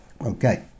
Okay